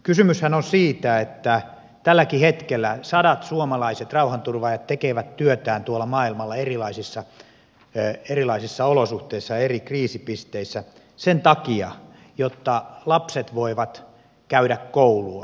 kysymyshän on siitä että tälläkin hetkellä sadat suomalaiset rauhanturvaajat tekevät työtään tuolla maailmalla erilaisissa olosuhteissa eri kriisipisteissä jotta lapset voisivat käydä koulua